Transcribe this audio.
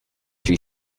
she